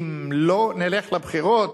אם לא נלך לבחירות,